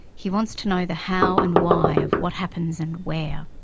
he wants to know the how and why of what happens and where.